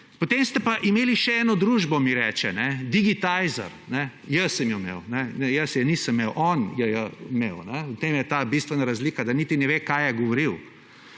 Potem ste pa imeli še eno družbo, mi reče, kajne, Digitizer, jaz sem jo imel, kajne, ne, jaz je nisem imel, on jo je imel. V tem je ta bistvena razlika, da niti ne ve, kaj je govoril.